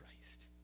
Christ